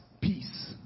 peace